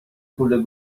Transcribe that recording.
پول